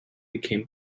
became